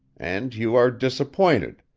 and you are disappointed,